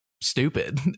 stupid